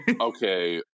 Okay